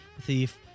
thief